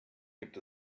gibt